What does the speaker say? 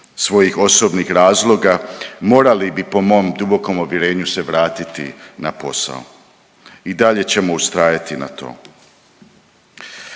svojih osobnih razloga morali bi po mom dubokom uvjerenju se vratiti na posao. I dalje ćemo ustrajati na tom.